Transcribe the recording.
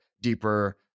deeper